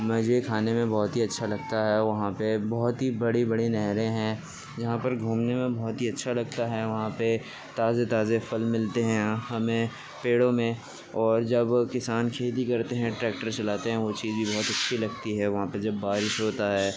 مجھے کھانے میں بہت ہی اچھا لگتا ہے وہاں پہ بہت ہی بڑی بڑی نہریں ہیں وہاں پر گھومنے میں بہت ہی اچھا لگتا ہے وہاں پہ تازے تازے پھل ملتے ہیں ہمیں پیڑوں میں اور جب کسان کھیتی کرتے ہیں ٹریکٹر چلاتے ہیں وہ چیز بھی بہت اچھی لگتی ہے وہاں پہ جب بارش ہوتا ہے